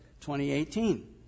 2018